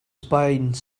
spine